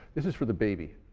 this is for the baby.